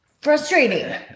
frustrating